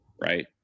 Right